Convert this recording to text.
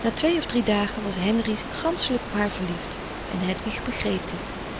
na twee of drie dagen was henri ganschelijk op haar verliefd en hedwig begreep dit